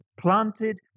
planted